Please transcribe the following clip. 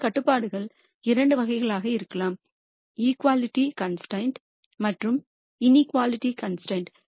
இந்த கட்டுப்பாடுகள் இரண்டு வகைகளாக இருக்கலாம் இக்குவாலிடி கன்ஸ்ட்ரெயின் மற்றும் இன்இக்குவாலிடி கன்ஸ்ட்ரெயின்